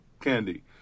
candy